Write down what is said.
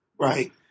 Right